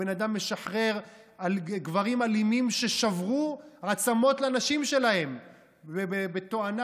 הבן אדם משחרר גברים אלימים ששברו עצמות לנשים שלהם בתואנה,